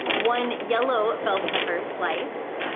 one yellow bell pepper sliced.